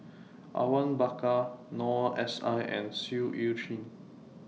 Awang Bakar Noor S I and Seah EU Chin